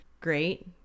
great